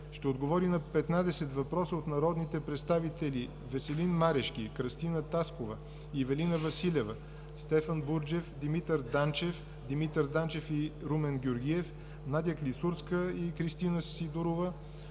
ще отговори на 15 въпроса от народните представители Веселин Марешки; Кръстина Таскова – два въпроса; Ивелина Василева; Стефан Бурджев – два въпроса; Димитър Данчев; Димитър Данчев и Румен Георгиев; Надя Клисурска и Кристина Сидорова;